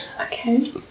okay